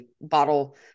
bottle